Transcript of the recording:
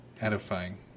edifying